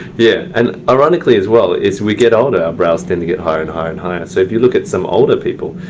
yeah. and ironically as well, as we get older our brows tend to get higher and higher and higher. so if you look at some older people,